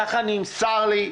ככה נמסר לי,